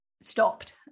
stopped